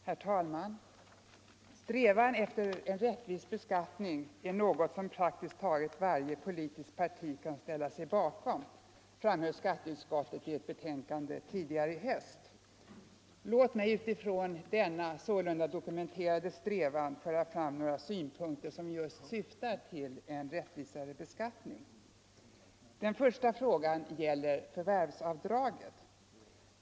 Herr talman! ”Strävan efter en rättvis beskattning är något som praktiskt taget varje politiskt parti kan ställa sig bakom”, framhöll skatteutskottet i ett betänkande tidigare i höst, nr 44. Låt mig utifrån denna sålunda dokumenterade strävan föra fram några synpunkter som just syftar till en rättvisare beskattning. Den första frågan gäller förvärvsavdraget.